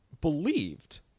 believed